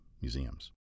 museums